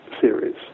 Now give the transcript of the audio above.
series